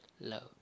love